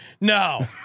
No